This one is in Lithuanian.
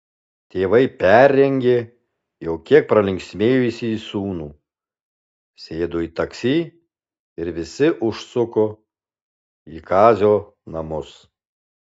tėvai perrengė jau kiek pralinksmėjusį sūnų sėdo į taksi ir visi užsuko į kazio namus